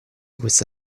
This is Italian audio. questa